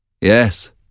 Yes